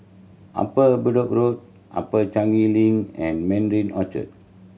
Upper Bedok Road Upper Changi Link and Mandarin Orchard